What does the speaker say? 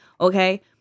okay